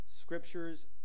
scriptures